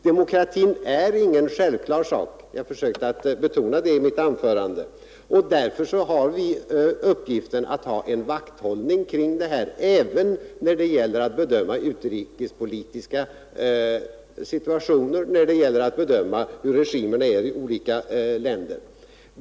Demokratin är ingen självklar sak. Jag försökte betona det i mitt anförande. Därför har vi uppgiften att sköta en vakthållning kring demokratin, även när det gäller att bedöma regimerna i olika länder.